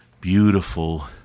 beautiful